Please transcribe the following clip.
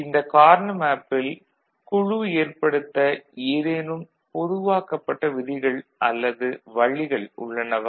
இந்த கார்னா மேப்பில் குழு எற்படுத்த எதேனும் பொதுவாக்கப்ப விதிகள் அல்லது வழிகள் உள்ளனவா